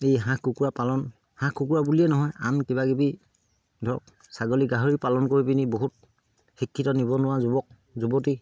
এই হাঁহ কুকুৰা পালন হাঁহ কুকুৰা বুলিয়ে নহয় আন কিবাকিবি ধৰক ছাগলী গাহৰি পালন কৰি বহুত শিক্ষিত নিবনুৱা যুৱক যুৱতী